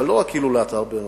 אבל לא רק הילולת הר-מירון,